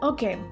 Okay